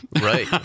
Right